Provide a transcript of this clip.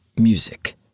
music